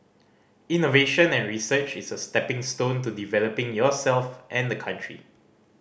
innovation and research is a stepping stone to developing yourself and the country